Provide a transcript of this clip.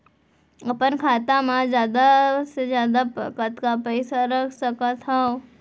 अपन खाता मा जादा से जादा कतका पइसा रख सकत हव?